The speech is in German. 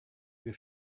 wir